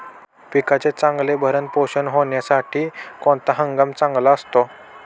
पिकाचे चांगले भरण पोषण होण्यासाठी कोणता हंगाम चांगला असतो?